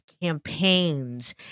campaigns